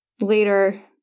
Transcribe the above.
Later